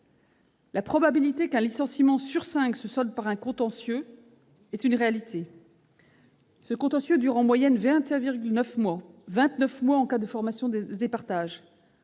La probabilité qu'un licenciement sur cinq se solde par un contentieux est une réalité. Les contentieux durent en moyenne 21,9 mois, et 29 mois en cas de formation de départage.